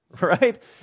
Right